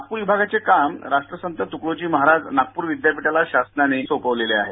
नागपूर विभागाचे काम राष्ट्रसंत त्कडोजी महाराज नागपूर विद्यापीठाला शासनानं सोपविले आहे